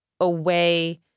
away